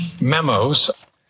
memos